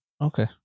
Okay